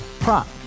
Prop